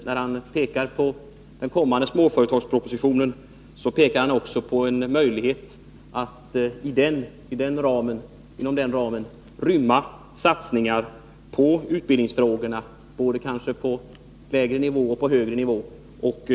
När han pekar på den kommande småföretagspropositionen, uppfattar jag det så att han även pekar på en möjlighet att inom den ramen rymma satsningar på utbildningsfrågorna — på både lägre och högre nivå.